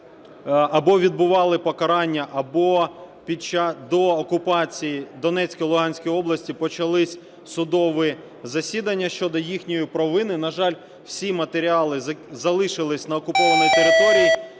або відбували покарання, або до окупації Донецької, Луганської областей почалися судові засідання щодо їхньої провини. На жаль, всі матеріали залишилися на окупованій території